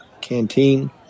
canteen